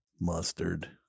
mustard